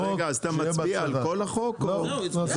הנה, אופיר,